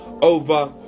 Over